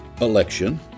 Election